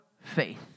faith